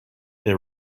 they